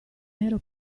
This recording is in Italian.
nero